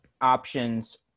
options